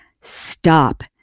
Stop